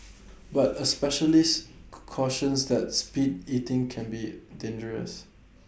but A specialist cautions that speed eating can be dangerous